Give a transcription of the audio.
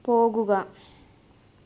പോകുക